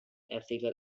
ethical